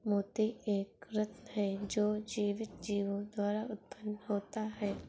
मोती एक रत्न है जो जीवित जीवों द्वारा उत्पन्न होता है